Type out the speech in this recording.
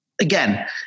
again